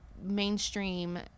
mainstream